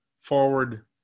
forward